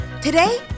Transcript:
Today